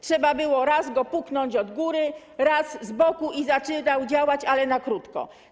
Trzeba było raz go puknąć z góry, raz z boku i zaczynał działać, ale na krótko.